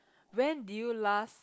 when did you last